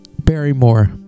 Barrymore